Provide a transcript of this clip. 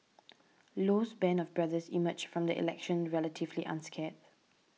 Low's band of brothers emerged from the election relatively unscathed